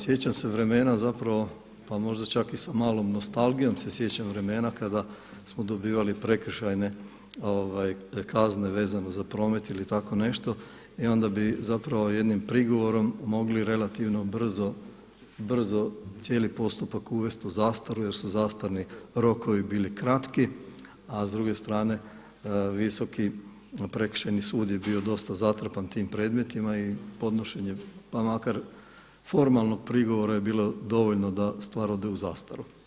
Sjećam se vremena, pa možda čak i sa malom nostalgijom se sjećam vremena kada smo dobivali prekršajne kazne vezano za promet ili tako nešto i onda bi jednim prigovorom mogli relativno brzo cijeli postupak uvest u zastaru jer su zastarni rokovi bili kratki, a s druge strane Visoki prekršajni sud je bio dosta zatrpan tim predmetima i podnošenje pa makar formalnog prigovora je bilo dovoljno da stvar ode u zastaru.